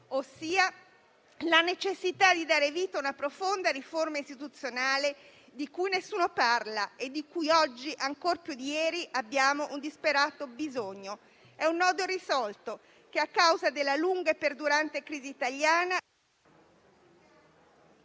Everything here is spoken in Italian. la necessità di dare vita ad una profonda riforma istituzionale di cui nessuno parla e di cui oggi, ancor più di ieri, abbiamo un disperato bisogno. È un nodo irrisolto che a causa della lunga e perdurante crisi italiana*...